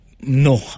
No